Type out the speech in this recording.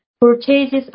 Purchases